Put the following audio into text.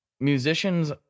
Musicians